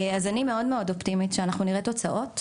אני מאוד מאוד אופטימית שאנחנו נראה תוצאות,